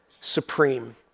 supreme